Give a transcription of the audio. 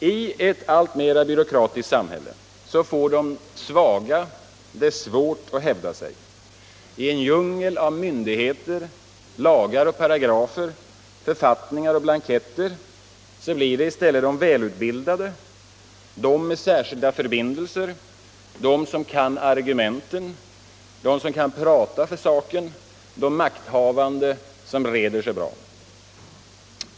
I ett alltmera byråkratiskt samhälle får de svaga svårt att hävda sig. I en djungel av myndigheter, lagar och paragrafer, författningar och blanketter blir det i stället de välutbildade, de med särskilda förbindelser, de som känner till argumenten, de som kan prata för saken, de makthavande, som reder sig extra bra.